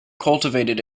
cultivated